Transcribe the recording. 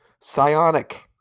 Psionic